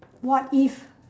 what if